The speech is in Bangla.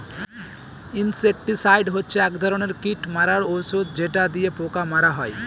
ইনসেক্টিসাইড হচ্ছে এক ধরনের কীট মারার ঔষধ যেটা দিয়ে পোকা মারা হয়